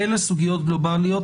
אלה סוגיות גלובליות,